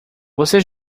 você